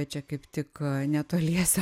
čia kaip tik netoliese